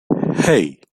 hey